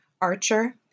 Archer